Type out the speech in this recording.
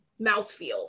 mouthfeel